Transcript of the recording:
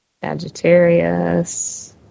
Sagittarius